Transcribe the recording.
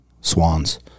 swans